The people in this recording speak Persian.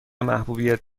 محبوب